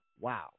Wow